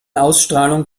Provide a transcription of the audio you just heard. ausstrahlung